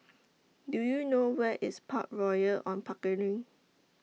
Do YOU know Where IS Park Royal on Pickering